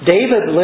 David